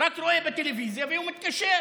הוא רק רואה בטלוויזיה והוא מתקשר,